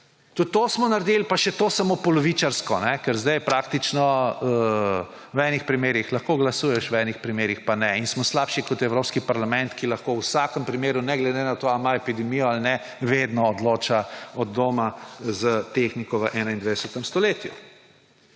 Tudi to smo naredili, pa še to samo polovičarsko, ker sedaj v določenih primerih lahko glasuješ, v določenih primerih pa ne. In smo slabši kot Evropski parlament, ki lahko v vsakem primeru, ne glede na to, ali ima epidemijo ali ne, vedno odloča od doma s tehniko v 21. stoletju.